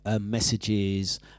messages